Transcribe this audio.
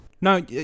No